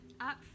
up